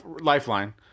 Lifeline